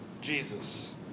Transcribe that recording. Jesus